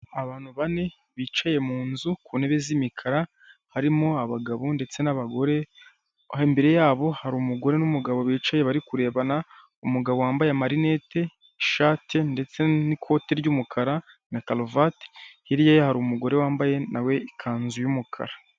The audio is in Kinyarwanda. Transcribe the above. Abantu bane bicaye mu nzu ku ntebe z'imikara; harimo abagabo ndetse n'abagore; imbere yabo hari umugore n'umugabo bicaye bari kurebana; umugabo wambaye amarinete, ishati ndetse n'ikoti ry'umukara na karuvati; hirya ye hari umugore wambaye nawe we ikanzu y'umukara.